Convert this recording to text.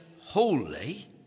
holy